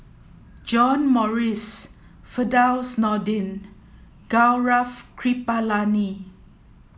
John Morrice Firdaus Nordin Gaurav Kripalani